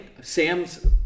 Sam's